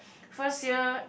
first year